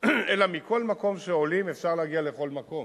ומכל מקום שעולים אפשר להגיע לכל מקום.